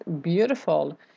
beautiful